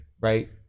right